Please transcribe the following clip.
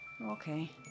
Okay